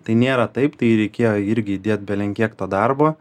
tai nėra taip tai reikėjo irgi įdėt belenkiek to darbo